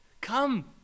Come